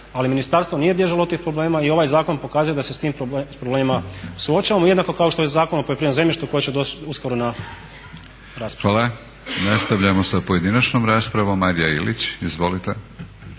Ali ministarstvo nije bježalo od tih problema i ovaj zakon pokazuje da se s tim problemima suočavamo jednako kao što je i Zakon o poljoprivrednom zemljištu koji će doći uskoro na raspravu. **Batinić, Milorad (HNS)** Hvala. Nastavljamo sa pojedinačnom raspravu. Marija Ilić. Izvolite.